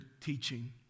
teaching